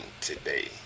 today